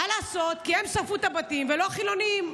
מה לעשות, הם שרפו את הבתים ולא החילונים.